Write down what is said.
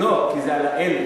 לא, כי זה על אלף.